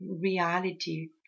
reality